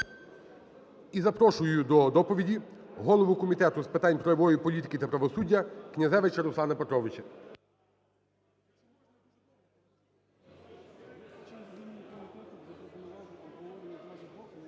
І запрошую до доповіді голову Комітету з питань правової політики та правосуддя Князевича Руслана Петровича.